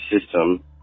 system